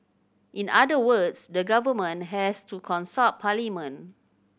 in other words the government has to consult parliament